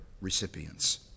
recipients